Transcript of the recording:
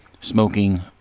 smoking